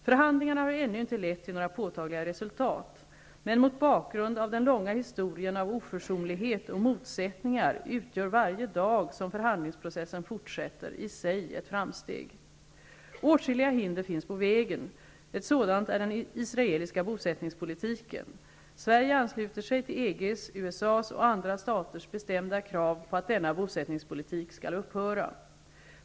Förhandlingarna har ännu inte lett till några påtagliga resultat. Men mot bakgrund av den långa historien av oförsonlighet och motsättningar utgör varje dag som förhandlingsprocessen fortsätter i sig ett framsteg. Åtskilliga hinder finns på vägen. Ett sådant är den israeliska bosättningspolitiken. Sverige ansluter sig till EG:s, USA:s och andra staters bestämda krav på att denna bosättningspolitik skall upphöra.